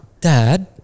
Dad